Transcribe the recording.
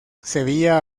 sevilla